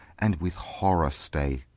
and with horror stay,